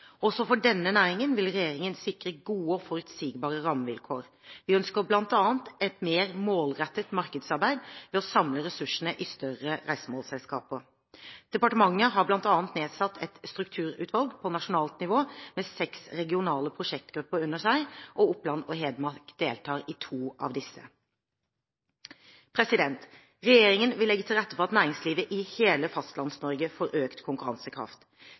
Også for denne næringen vil regjeringen sikre gode og forutsigbare rammevilkår. Vi ønsker bl.a. et mer målrettet markedsarbeid ved å samle ressursene i større reisemålsselskaper. Departementet har bl.a. nedsatt et strukturutvalg på nasjonalt nivå med seks regionale prosjektgrupper under seg, og Oppland og Hedmark deltar i to av disse. Regjeringen vil legge til rette for at næringslivet i hele Fastlands-Norge får økt konkurransekraft.